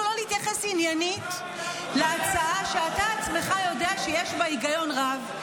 לא להתייחס עניינית להצעה שאתה עצמך יודע שיש בה היגיון רב,